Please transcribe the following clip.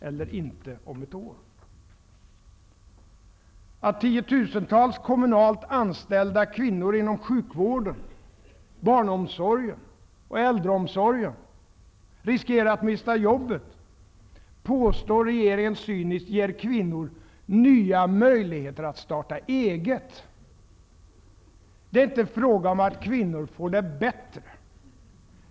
Det faktum att tiotusentals kommunalt anställda kvinnor inom sjukvården, barnomsorgen och äldreomsorgen riskerar att mista jobbet påstår regeringen cyniskt ger kvinnor nya möjligheter att starta eget. Det är inte fråga om att kvinnor får det bättre.